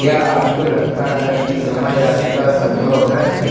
क्या आपको लगता है कि समय यात्रा सम्भव है